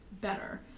better